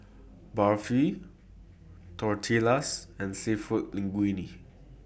Barfi Tortillas and Seafood Linguine